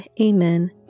Amen